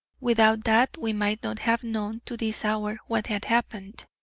without that we might not have known to this hour what had happened.